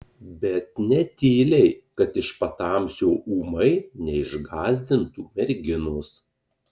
bet ne tyliai kad iš patamsio ūmai neišgąsdintų merginos